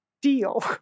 Deal